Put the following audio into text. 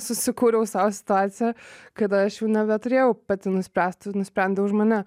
susikūriau sau situaciją kada aš jau nebeturėjau pati nuspręst ir nusprendė už mane